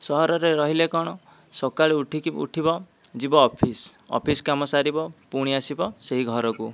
ସହରରେ ରହିଲେ କଣ ସକାଳୁ ଉଠିକି ଉଠିବ ଯିବ ଅଫିସ ଅଫିସ କାମ ସାରିବ ପୁଣି ଆସିବ ସେହି ଘରକୁ